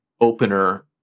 opener